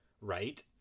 right